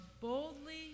Boldly